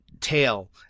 tail